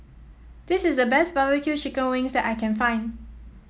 this is the best barbecue Chicken Wings that I can find